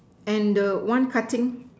and the one cutting